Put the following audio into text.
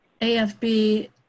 AFB